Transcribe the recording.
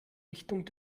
richtung